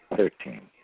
Thirteen